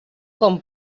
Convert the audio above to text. com